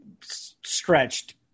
stretched